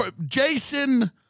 Jason